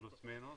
פלוס מינוס.